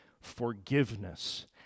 forgiveness